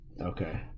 Okay